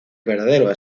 verdadero